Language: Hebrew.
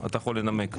אתה יכול לנמק.